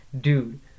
Dude